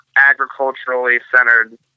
agriculturally-centered